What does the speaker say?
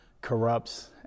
corrupts